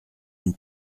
une